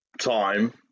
time